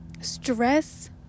Stress